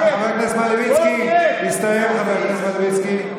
חבר הכנסת מלביצקי, הסתיים, חבר הכנסת מלביצקי.